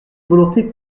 volonté